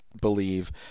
believe